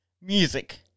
music